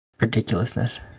ridiculousness